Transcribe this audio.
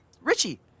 richie